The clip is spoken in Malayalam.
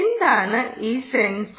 എന്താണ് ഈ സെൻസർ